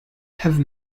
have